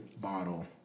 bottle